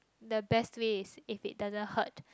the best way is if it doesn't hurt